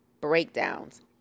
breakdowns